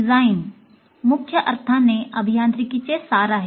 design मुख्य अर्थाने अभियांत्रिकीचे सार आहे